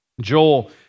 Joel